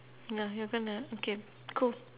ya you're gonna okay cool